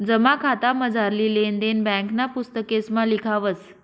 जमा खातामझारली लेन देन ब्यांकना पुस्तकेसमा लिखावस